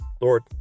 Lord